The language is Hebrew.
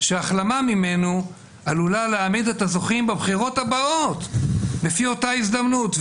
שההחלמה ממנו עלולה להעמיד את הזוכים בבחירות הבאות בפי אותה הזדמנות.